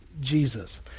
Jesus